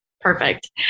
perfect